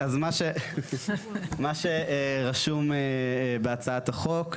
מה שרשום בהצעת החוק,